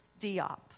Diop